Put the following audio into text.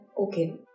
okay